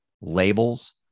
labels